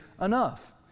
enough